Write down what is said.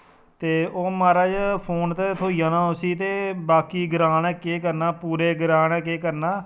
ते ओह् महाराज फोन ते थ्होई जाना उसी ते बाकी ग्रांऽ ने केह् करना पूरे ग्रांऽ ने केह् करना